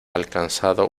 alcanzado